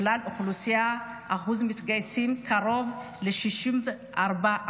בכלל האוכלוסייה אחוז המתגייסים קרוב ל-64%.